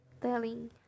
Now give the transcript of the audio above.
telling